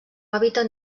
hàbitat